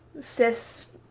cis